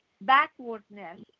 Backwardness